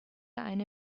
eine